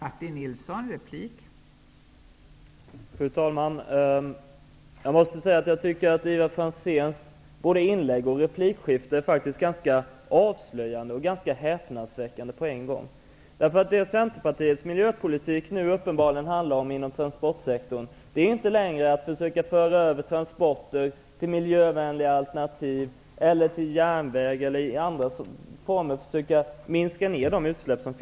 Fru talman! Jag tycker att Ivar Franzéns inlägg och repliker faktiskt är ganska avslöjande och häpnadsväckande på en gång. Det Centerpartiets miljöpolitik nu uppenbarligen handlar om inom transportsektorn är inte längre att försöka föra över transporter till miljövänliga alternativ eller till järnväg eller att i andra former försöka minska utsläppen.